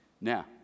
Now